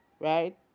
Right